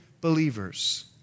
believers